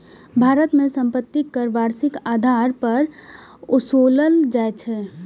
भारत मे संपत्ति कर वार्षिक आधार पर ओसूलल जाइ छै